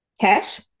Cash